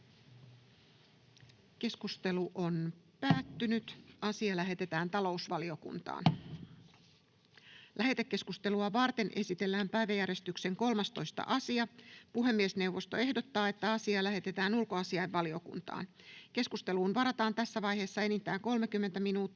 valtuuskunnan kertomus 2023 Time: N/A Content: Lähetekeskustelua varten esitellään päiväjärjestyksen 13. asia. Puhemiesneuvosto ehdottaa, että asia lähetetään ulkoasiainvaliokuntaan. Keskusteluun varataan tässä vaiheessa enintään 30 minuuttia,